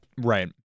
Right